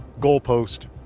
goalpost